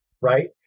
right